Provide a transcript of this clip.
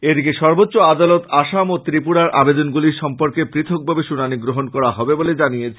এদিকে সর্বোচ্চ আদালত আসাম ও ত্রিপুরার আবেদনদগুলি সম্পর্কে পথকভাবে শুনানি গ্রহন করা হবে বলে জানিয়েছে